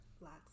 Lots